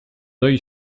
œil